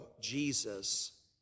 Jesus